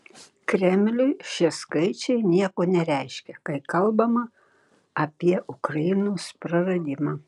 kremliui šie skaičiai nieko nereiškia kai kalbama apie ukrainos praradimą